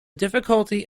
difficulty